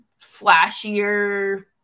flashier